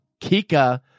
Kika